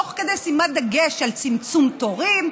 תוך כדי שימת דגש על צמצום תורים,